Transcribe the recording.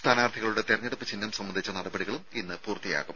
സ്ഥാനാർത്ഥികളുടെ തെരഞ്ഞെടുപ്പ് ചിഹ്നം സംബന്ധിച്ച നടപടികളും ഇന്ന് പൂർത്തിയാകും